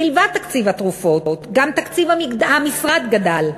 מלבד תקציב התרופות גם תקציב המשרד גדל,